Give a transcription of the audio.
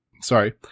sorry